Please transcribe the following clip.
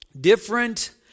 different